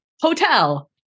hotel